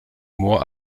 moor